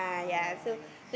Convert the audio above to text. [oh]-my-god